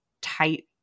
tight